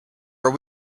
are